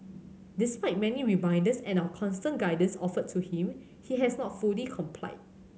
despite many reminders and our constant guidance offered to him he has not fully complied